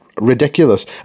ridiculous